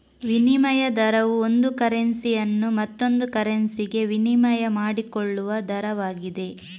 ವಿನಿಮಯ ದರವು ಒಂದು ಕರೆನ್ಸಿಯನ್ನು ಮತ್ತೊಂದು ಕರೆನ್ಸಿಗೆ ವಿನಿಮಯ ಮಾಡಿಕೊಳ್ಳುವ ದರವಾಗಿದೆ